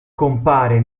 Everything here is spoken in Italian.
compare